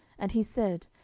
and he said,